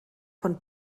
von